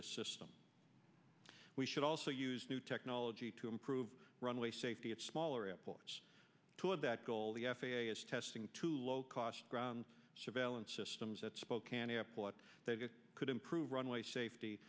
this system we should also use new technology to improve runway safety at smaller airports to have that goal the f a a is testing to low cost ground surveillance systems at spokane airport they could improve runway safety